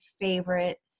favorite